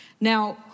Now